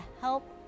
help